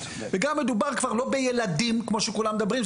וגם מדובר כבר לא בילדים כמו שכולם מדברים,